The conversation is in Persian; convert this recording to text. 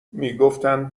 میگفتند